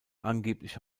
angeblich